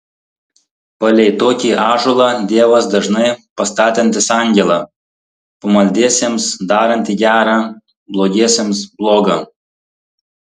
palei tokį ąžuolą dievas dažnai pastatantis angelą pamaldiesiems darantį gera blogiesiems bloga